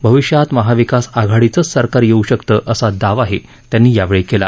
भविष्यात महाविकास आघाडीचच सरकार येऊ शकतं असा दावाही त्यांनी केला